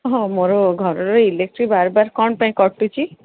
ହଁ ମୋର ଘରର ଇଲେକ୍ଟ୍ରି ବାରମ୍ବାର କ'ଣ ପାଇଁ କଟୁଛି